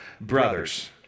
brothers